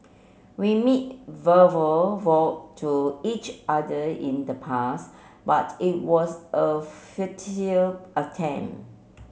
we made verbal vow to each other in the past but it was a futile attempt